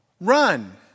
run